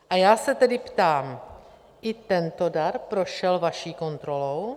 A já se tedy ptám: I tento dar prošel vaší kontrolou?